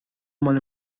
مال